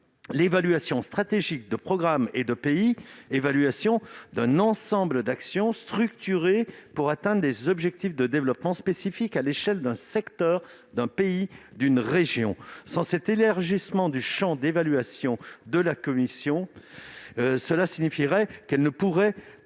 l'évaluation stratégique de programmes et de pays- il s'agit de l'évaluation d'un ensemble d'actions, structurées pour atteindre des objectifs de développement spécifiques à l'échelle d'un secteur, d'un pays ou d'une région. Sans cet élargissement de son champ d'évaluation, la commission indépendante ne pourrait